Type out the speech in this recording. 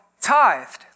tithed